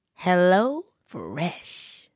HelloFresh